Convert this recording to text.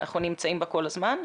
אנחנו נמצאים בה כל הזמן,